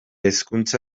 hezkuntza